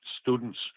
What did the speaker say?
students